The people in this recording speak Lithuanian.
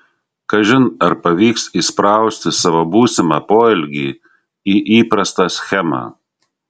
kažin ar pavyks įsprausti savo būsimą poelgį į įprastą schemą